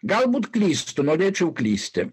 galbūt klystu norėčiau klysti